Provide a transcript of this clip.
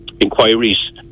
inquiries